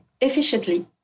efficiently